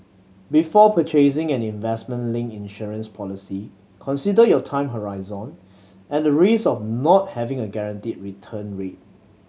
before purchasing an investment linked insurance policy consider your time horizon and the risk of not having a guaranteed return rate